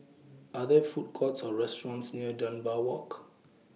Are There Food Courts Or restaurants near Dunbar Walk